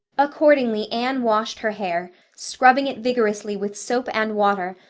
accordingly, anne washed her hair, scrubbing it vigorously with soap and water,